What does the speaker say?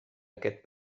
aquest